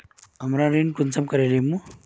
हमरा ऋण कुंसम करे लेमु?